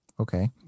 Okay